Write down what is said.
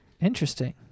Interesting